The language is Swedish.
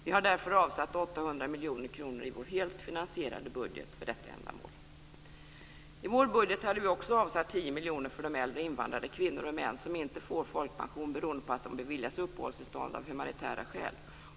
Vi har därför avsatt 800 miljoner kronor i vår helt finansierade budget för detta ändamål. I vår budget har vi också avsatt 10 miljoner för de äldre invandrade kvinnor och män som inte får folkpension beroende på att de beviljats uppehållstillstånd av humanitära skäl.